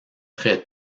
très